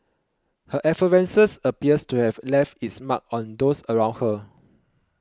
her effervescence appears to have left its mark on those around her